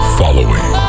following